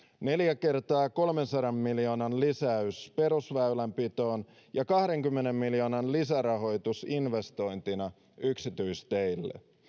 neljä kertaa kolmensadan miljoonan lisäys perusväylänpitoon ja kahdenkymmenen miljoonan lisärahoitus investointina yksityisteille